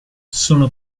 sono